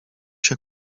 się